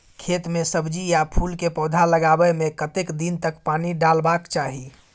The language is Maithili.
खेत मे सब्जी आ फूल के पौधा लगाबै के कतेक दिन तक पानी डालबाक चाही?